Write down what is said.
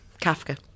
Kafka